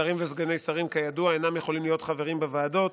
שרים וסגני שרים כידוע אינם יכולים להיות חברים בוועדות,